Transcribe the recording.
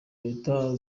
leta